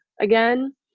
again